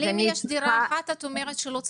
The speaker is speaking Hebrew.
אם יש דירה אחת את אומרת שלא צריך?